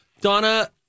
Donna